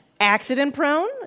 Accident-prone